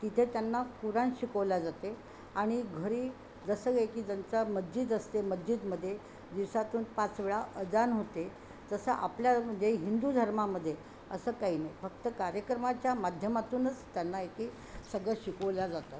तिथे त्यांना कुराण शिकवल्या जाते आणि घरी जसं काही की ज्यांचा मज्जिद असते मज्जिदमध्ये दिवसातून पाच वेळा अजान होते तसं आपल्या म्हणजे हिंदू धर्मामध्ये असं काही नाही फक्त कार्यक्रमाच्या माध्यमातूनच त्यांना एके सगळं शिकवल्या जातात